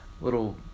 Little